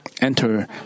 enter